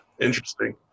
interesting